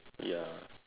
ya